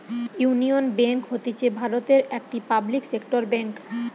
union Bank হতিছে ভারতের একটি পাবলিক সেক্টর বেঙ্ক